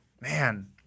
Man